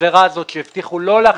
הגזירה הזאת שהבטיחו לא להכניס יותר כסף.